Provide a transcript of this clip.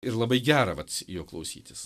ir labai gera vat jo klausytis